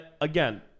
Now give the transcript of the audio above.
again